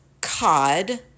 cod